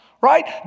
right